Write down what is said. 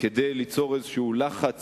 כדי ליצור איזה לחץ